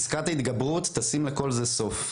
פסקת ההתגברות תשים לכל זה סוף,